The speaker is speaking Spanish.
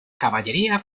caballería